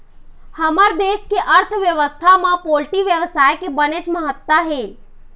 हमर देश के अर्थबेवस्था म पोल्टी बेवसाय के बनेच महत्ता हे